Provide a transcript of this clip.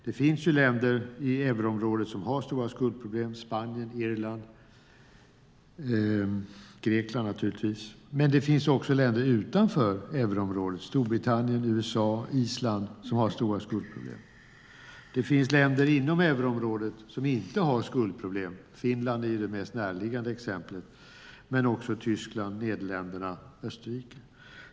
Det finns länder i euroområdet som har stora skuldproblem - Spanien, Irland och naturligtvis Grekland. Men det finns också länder utanför euroområdet - Storbritannien, USA och Island - som har stora skuldproblem. Det finns länder inom euroområdet som inte har skuldproblem. Finland är det mest närliggande exemplet, men det gäller även Tyskland, Nederländerna och Österrike.